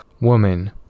woman